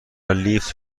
لیفت